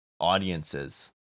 audiences